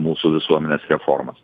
mūsų visuomenės reformas